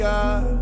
God